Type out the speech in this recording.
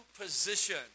position